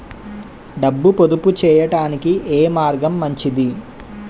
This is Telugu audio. డబ్బు పొదుపు చేయటానికి ఏ మార్గం మంచిది?